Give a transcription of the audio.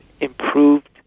improved